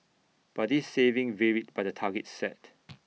but this saving varied by the targets set